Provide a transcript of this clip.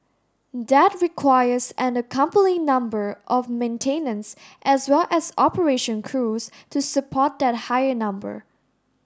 that requires an accompanying number of maintenance as well as operation crews to support that higher number